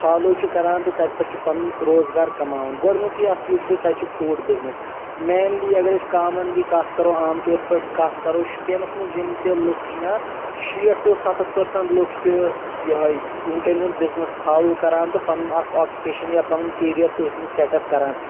follow چھ کران تہٕ تَتہِ پٮ۪ٹھ چھ پنُن روزگار کماوان گۄڈنیُکے اکھ یُس چھُ تَتہِ چپھ فروٗٹ بِزنٕس مینلی اگر أسۍ کامنلی کتھ کرو عام طور پأٹھۍ کتھ کرو شُپینس منٛز یِم تہِ لُکھ چھنا شیٹھ ٹُہ سَتتھ پٔرسنٹ لُکھ چھ یِہَے ژوٗنٹٮ۪ن ہُنٛد بِزنٕس فالو کران تہٕ پنُن اکھ آکِپینشن یا پنُن کیریر تٔتھۍ منٛز سٮ۪ٹ اپ کران